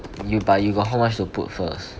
you but you got how much to put first